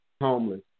homeless